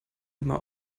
immer